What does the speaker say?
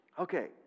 Okay